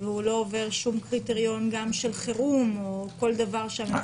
והוא לא עובר שום קריטריון של חירום או כל דבר אחר.